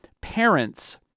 parents